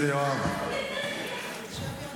סליחה, סליחה.